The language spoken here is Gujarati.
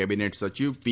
કેબિનેટ સચિવ પી